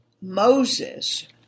Moses